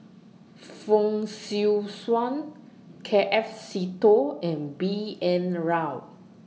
Fong Swee Suan K F Seetoh and B N Rao